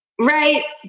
Right